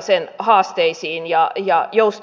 sen haasteisiin ja jouston mahdollisuuksiin